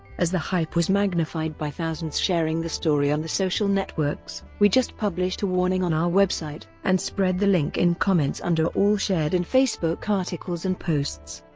as the hype was magnified by thousands sharing the story on the social networks, we just published a warning on our website and spread the link in comments under all shared in facebook articles and posts.